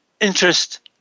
interest